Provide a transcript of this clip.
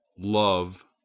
love.